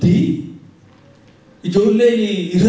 the you